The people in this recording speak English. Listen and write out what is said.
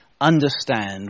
understand